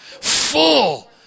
full